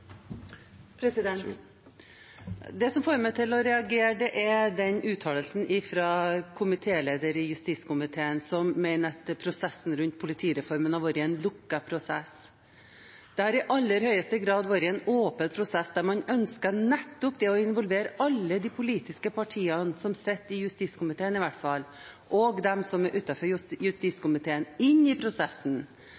fram. Det som får meg til å reagere, er uttalelsen fra lederen i justiskomiteen, som mener at prosessen rundt politireformen har vært en lukket prosess. Det har i aller høyeste grad vært en åpen prosess, der man nettopp ønsker å involvere alle de politiske partiene som sitter i justiskomiteen, og de som er